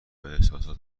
احساسات